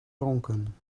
ronken